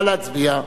נא להצביע.